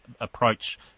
approach